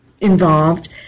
involved